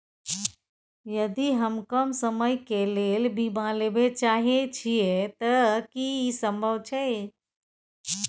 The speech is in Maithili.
यदि हम कम समय के लेल बीमा लेबे चाहे छिये त की इ संभव छै?